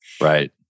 right